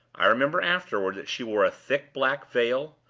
i remembered afterward that she wore a thick black veil,